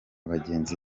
bagenzi